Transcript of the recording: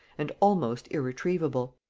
and almost irretrievable.